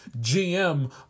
GM